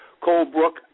Colebrook